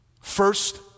first